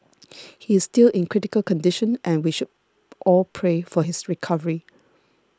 he is still in critical condition and we should all pray for his recovery